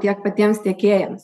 tiek patiems tiekėjams